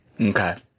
Okay